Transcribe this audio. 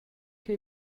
che